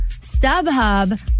StubHub